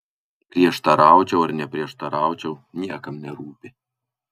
prieštaraučiau ar neprieštaraučiau niekam nerūpi